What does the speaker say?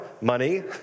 money